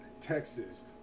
Texas